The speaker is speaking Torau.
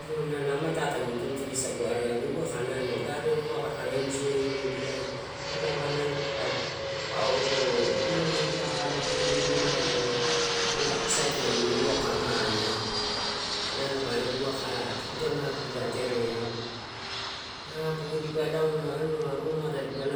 Inau nalo amatai tagu tutusaga nalo geden waka kae enjoimudia, palaua nalo taka papa uto kilinin kae alo anua adi rumai, sait namin waka mane. Kae alo anua ida maki dipa tereau apogu dipa lauma,